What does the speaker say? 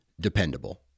dependable